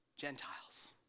Gentiles